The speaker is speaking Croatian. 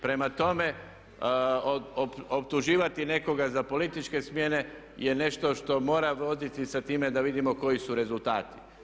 Prema tome, optuživati nekoga za političke smjene je nešto što mora voditi se time da vidimo koji su rezultati.